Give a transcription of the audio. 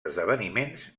esdeveniments